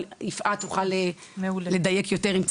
אבל יפעת תוכל לדייק יותר אם צריך.